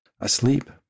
asleep